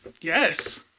yes